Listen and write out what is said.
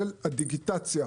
של הדיגיטציה,